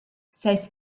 seis